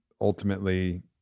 ultimately